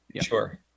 sure